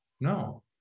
No